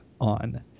on